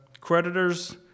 creditors